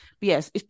yes